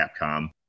Capcom